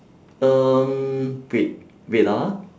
um wait wait ah